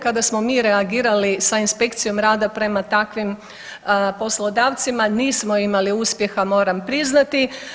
Kada smo mi reagirali sa inspekcijom rada prema takvim poslodavcima nismo imali uspjeha moram priznati.